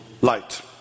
light